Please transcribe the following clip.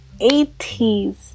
80s